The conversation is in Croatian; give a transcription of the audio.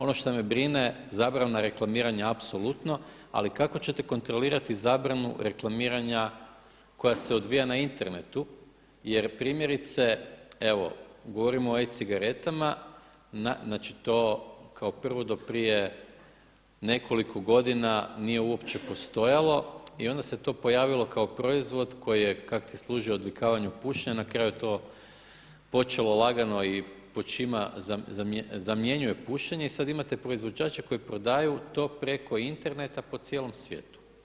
Ono što me brine zabrana reklamiranja apsolutno, ali kako ćete kontrolirati zabranu reklamiranja koja se odvijaju na internetu jer primjerice, evo govorimo o e-cigaretama, znači to kao do prije nekoliko godina nije uopće postojalo i onda se to pojavilo kao proizvod koji je kakti služio odvikavanju od pušenje, na kraju je to počelo lagano i počima zamjenjuje pušenje i sada imate proizvođače koji prodaju preko interneta po cijelom svijetu.